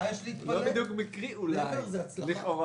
אולי זה לא מקרי, אולי להיפך, זה הצלחה.